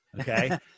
okay